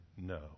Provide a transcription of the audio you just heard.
no